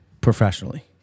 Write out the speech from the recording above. professionally